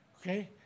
Okay